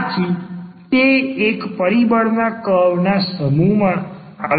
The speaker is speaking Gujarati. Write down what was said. આથી તે એક પરિબળ ના કર્વના સમૂહમાં આવે છે